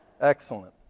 Excellent